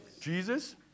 Jesus